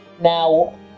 Now